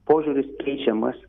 požiūris keičiamas